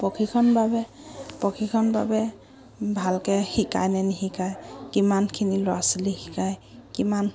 প্ৰশিক্ষণ বাবে প্ৰশিক্ষণ বাবে ভালকে শিকাইনে নিশিকায় কিমানখিনি ল'ৰা ছোৱালী শিকায় কিমান